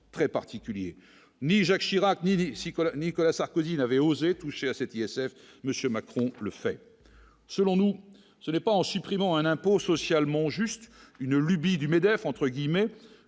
très particulier, ni Jacques Chirac ni s'y colle, Nicolas Sarkozy n'avait osé toucher à cet ISF monsieur Macron le fait, selon nous, ce n'est pas en supprimant un impôt socialement juste une lubie du MEDEF, entre guillemets,